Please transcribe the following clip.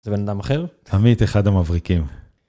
זה בן אדם אחר? עמית, אחד המבריקים.